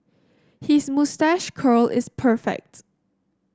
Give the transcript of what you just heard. his moustache curl is perfect